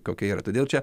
kokie yra todėl čia